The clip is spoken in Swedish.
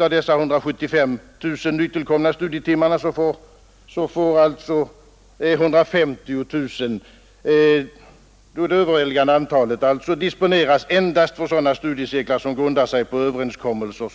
Av dessa 175 000 nytillkomna studietimmar får 150 000, alltså det överväldigande antalet, disponeras endast för sådana studiecirklar ”som grundar sig på överenskommelser